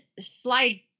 slide